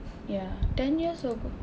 ya ten years ago